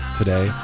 today